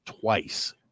twice